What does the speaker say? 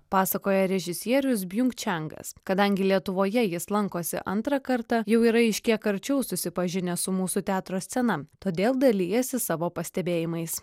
pasakoja režisierius bjunk čangas kadangi lietuvoje jis lankosi antrą kartą jau yra iš kiek arčiau susipažinęs su mūsų teatro scena todėl dalijasi savo pastebėjimais